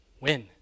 Win